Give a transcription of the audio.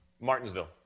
Martinsville